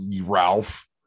Ralph